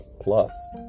plus